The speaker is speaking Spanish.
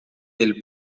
del